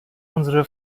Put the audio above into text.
unsere